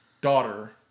daughter